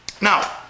Now